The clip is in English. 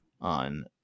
on